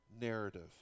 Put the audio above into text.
narrative